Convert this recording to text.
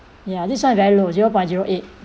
ya this one very low zero point zero eight